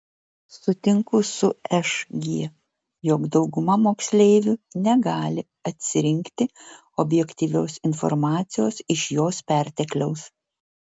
sutinku su šg jog dauguma moksleivių negali atsirinkti objektyvios informacijos iš jos pertekliaus